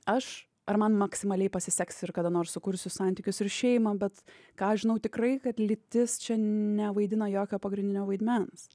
aš ar man maksimaliai pasiseks ir kada nors sukursiu santykius ir šeimą bet ką aš žinau tikrai kad lytis čia nevaidina jokio pagrindinio vaidmens